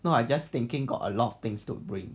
no I just thinking got a lot of things to bring